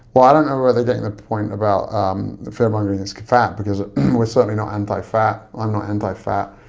don't know where they're getting the point about the fear mongering is fat, because we're certainly not anti-fat, i'm not anti-fat.